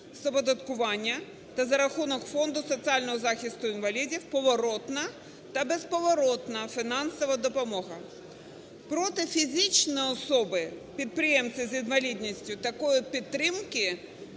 з оподаткування та за рахунок Фонду соціального захисту інвалідів поворотна та безповоротна фінансова допомога. Проте фізичні особи-підприємці з інвалідністю такої підтримки